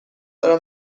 دارم